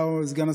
אתה או השר.